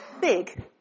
big